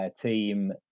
team